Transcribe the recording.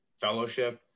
fellowship